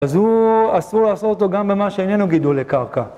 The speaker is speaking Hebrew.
אז אסור לעשות אותו גם במה שאיננו גידולי קרקע.